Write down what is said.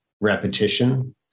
repetition